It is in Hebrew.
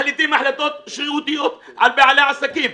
מחליטים החלטות שרירותיות על בעלי עסקים.